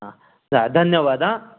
हां चा धन्यवाद आं